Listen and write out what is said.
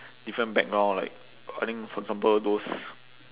different background like I think for example those